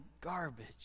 garbage